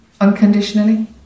Unconditionally